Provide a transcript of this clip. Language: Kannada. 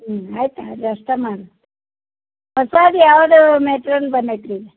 ಹ್ಞೂ ಆಯ್ತು ಅದು ಅಷ್ಟೆ ಮಾಡ್ರಿ ಹೊಸದು ಯಾವುದು ಮೆಟ್ರೇಯಲ್ ಬಂದೈತೆ ರೀ